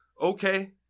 Okay